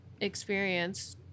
experience